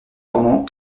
pendant